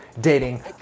dating